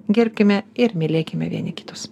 gerbkime ir mylėkime vieni kitus